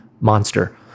monster